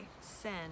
send